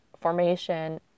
formation